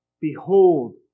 Behold